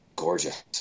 Gorgeous